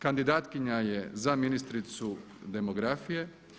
Kandidatkinja je za ministricu Demografije.